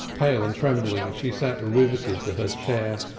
pale and trembling she sat riveted to her chair.